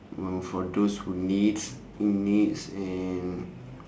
well for those who need who needs and